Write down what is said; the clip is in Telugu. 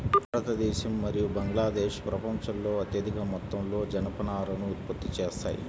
భారతదేశం మరియు బంగ్లాదేశ్ ప్రపంచంలో అత్యధిక మొత్తంలో జనపనారను ఉత్పత్తి చేస్తాయి